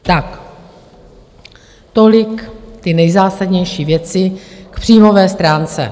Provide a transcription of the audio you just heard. Tak tolik ty nejzásadnější věci k příjmové stránce.